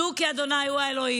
דעו כי ה' הוא אלהים.